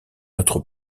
notre